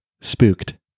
spooked